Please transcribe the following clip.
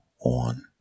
on